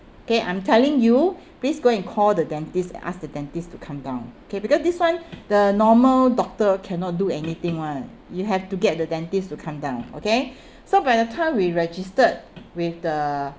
okay I'm telling you please go and call the dentist and ask the dentist to come down okay because this [one] the normal doctor cannot do anything [one] you have to get the dentist to come down okay so by the time we registered with the